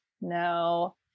no